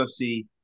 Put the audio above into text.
UFC